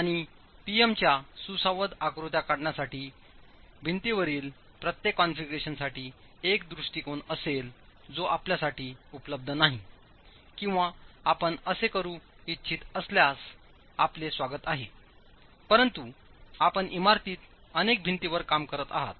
आणि P M च्या सुसंवाद आकृत्या काढण्यासाठी भिंतीवरील प्रत्येक कॉन्फिगरेशनसाठी एक दृष्टिकोन असेल जो आपल्यासाठी उपलब्ध नाही किंवा आपण असे करू इच्छित असल्यास आपले स्वागत आहे परंतु आपण इमारतीत अनेक भिंतींवर काम करत आहात